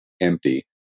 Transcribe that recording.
empty